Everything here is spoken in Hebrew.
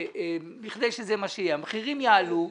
המחירים יעלו,